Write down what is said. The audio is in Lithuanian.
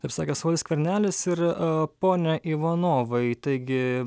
taip sakė saulius skvernelis ir pone ivanovai taigi